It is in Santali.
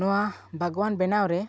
ᱱᱚᱣᱟ ᱵᱟᱜᱚᱣᱟᱱ ᱵᱮᱱᱟᱣ ᱨᱮ